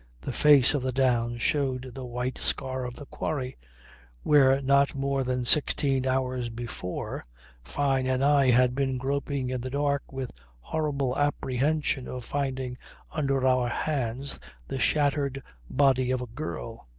the face of the down showed the white scar of the quarry where not more than sixteen hours before fyne and i had been groping in the dark with horrible apprehension of finding under our hands the shattered body of a girl.